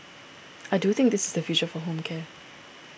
I do think this is the future for home care